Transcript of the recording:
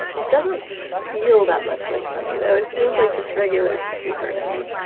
it doesn't feel that much like money though. it feels like just regular paper to me.